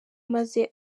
maze